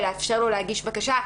ולאפשר לו להגיש בקשה.